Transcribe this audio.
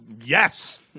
yes